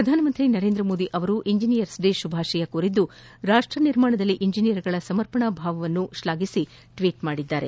ಪ್ರಧಾನಮಂತ್ರಿ ನರೇಂದ್ರಮೋದಿ ಅವರು engineers day ಶುಭಾಶಯ ಕೋರಿದ್ದು ರಾಷ್ಟ ನಿರ್ಮಾಣದಲ್ಲಿ ಇಂಜಿನಿಯರ್ಗಳ ಸಮರ್ಪಣಾ ಭಾವವನ್ನು ಶ್ಲಾಘಿಸಿ ಟ್ವೀಟ್ ಮಾಡಿದ್ದಾರೆ